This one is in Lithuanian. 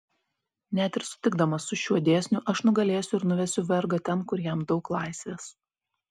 net ir sutikdamas su šiuo dėsniu aš nugalėsiu ir nuvesiu vergą ten kur jam daug laisvės